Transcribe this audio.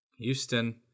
Houston-